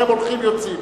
אתם הולכים, יוצאים.